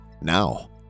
now